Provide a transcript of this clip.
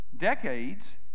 decades